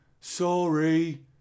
sorry